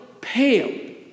pale